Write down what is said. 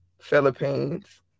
Philippines